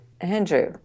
Andrew